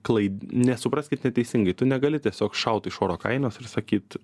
klai nesupraskit neteisingai tu negali tiesiog šaut iš oro kainos ir sakyt